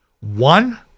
One